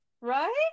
right